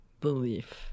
belief